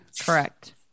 Correct